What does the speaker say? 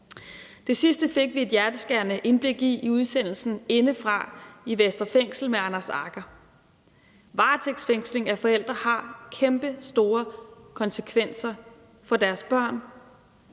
Det sidste fik vi et hjerteskærende indblik i i udsendelsen »Indefra med Anders Agger« i Vestre Fængsel. Varetægtsfængsling af forældre har kæmpestore konsekvenser for deres børn,